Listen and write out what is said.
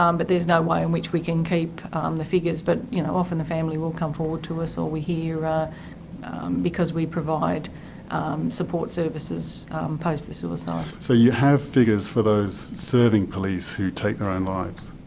um but there is no way and which we can keep um the figures. but you know often the family will come forward to us or we hear, ah because we provide support services post the suicide. so you have figures for those serving police who take their own lives.